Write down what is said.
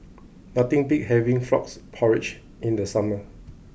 nothing beats having Frog Porridge in the summer